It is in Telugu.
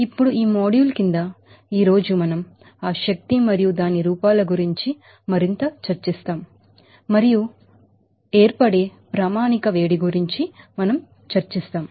ఇప్పుడు ఈ మాడ్యూల్ కింద ఈ రోజు మనం ఆ ఎనర్జీ మరియు దాని రూపాల గురించి మరింత చర్చిస్తాం మరియు ఏర్పడే స్టాండర్డ్ హిట్ గురించి మనం చర్చిస్తాం